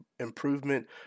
improvement